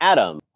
Adam